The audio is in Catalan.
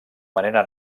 manera